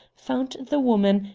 found the woman,